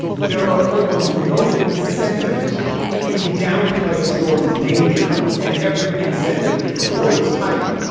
there are almost no incentives to downplay a storm's danger and every incentive towards hype.